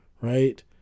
right